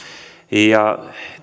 ja